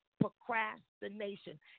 procrastination